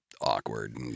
awkward